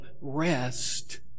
rest